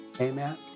Amen